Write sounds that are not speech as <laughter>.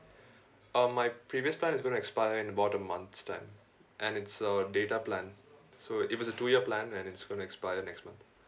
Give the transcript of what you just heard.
<breath> um my previous plan is going to expire in about a month's time and it's a data plan so it was a two year plan and it's going to expire next month